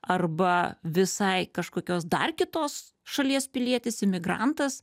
arba visai kažkokios dar kitos šalies pilietis imigrantas